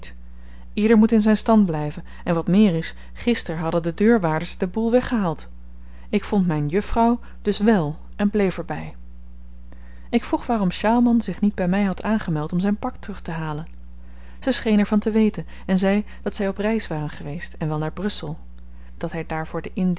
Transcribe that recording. ieder moet in zyn stand blyven en wat meer is gister hadden de deurwaarders den boel weggehaald ik vond myn juffrouw dus wèl en bleef er by ik vroeg waarom sjaalman zich niet by my had aangemeld om zyn pak terug te halen ze scheen er van te weten en zei dat zy op reis waren geweest en wel naar brussel dat hy daar voor de